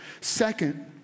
Second